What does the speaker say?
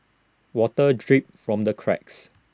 water drips from the cracks